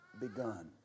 begun